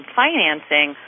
financing